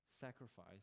sacrifice